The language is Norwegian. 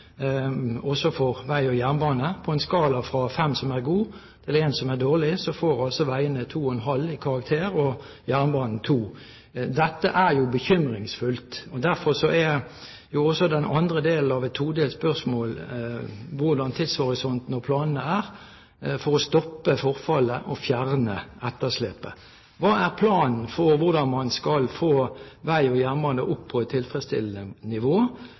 også for vei og jernbane, og på en skala fra 5, som er god, til 1, som er dårlig, får veiene 2,5 i karakter og jernbanen 2. Dette er bekymringsfullt. Derfor er den andre delen, av et todelt spørsmål, hvordan tidshorisonten og planene er for å stoppe forfallet og fjerne etterslepet. Hva er planen for hvordan man skal få vei og jernbane opp på et tilfredsstillende nivå